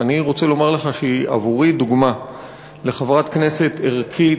ואני רוצה לומר לך שהיא עבורי דוגמה לחברת כנסת ערכית,